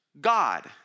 God